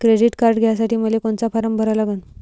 Credit card घ्यासाठी मले कोनचा फारम भरा लागन?